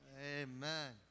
Amen